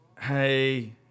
hey